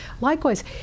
likewise